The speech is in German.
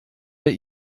der